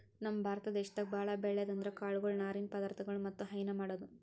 ನಮ್ ಭಾರತ ದೇಶದಾಗ್ ಭಾಳ್ ಬೆಳ್ಯಾದ್ ಅಂದ್ರ ಕಾಳ್ಗೊಳು ನಾರಿನ್ ಪದಾರ್ಥಗೊಳ್ ಮತ್ತ್ ಹೈನಾ ಮಾಡದು